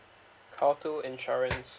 call two insurance